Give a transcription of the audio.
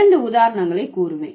இரண்டு உதாரணங்களைக் கூறுவேன்